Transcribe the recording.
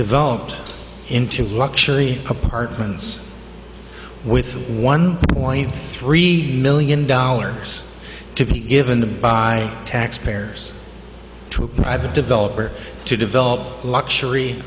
developed into luxury apartments with one point three million dollars to be given by taxpayers to a private developer to develop luxury